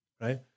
right